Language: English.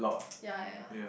ya ya ya